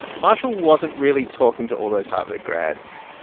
marshall wasn't really talking to all those harvard grads.